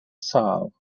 sâl